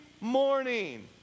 morning